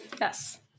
yes